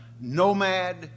nomad